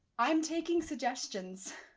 i'm taking suggestions!